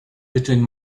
between